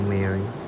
Mary